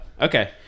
Okay